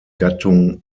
gattung